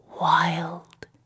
wild